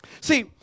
See